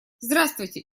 здравствуйте